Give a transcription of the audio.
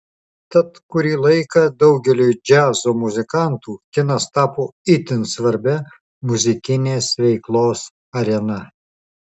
tad kurį laiką daugeliui džiazo muzikantų kinas tapo itin svarbia muzikinės veiklos arena